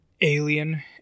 alien